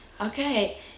okay